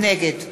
נגד